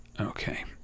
okay